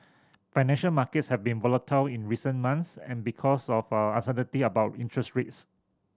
financial markets have been volatile in recent months and because of uncertainty about interest rates